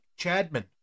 Chadman